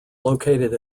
located